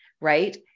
right